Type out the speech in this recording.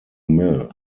mill